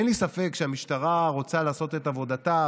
אין לי ספק שהמשטרה רוצה לעשות את עבודתה,